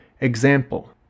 Example